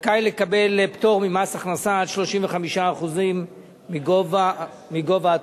לקבל פטור ממס הכנסה עד 35% מגובה התרומה.